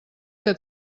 que